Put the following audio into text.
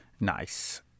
Nice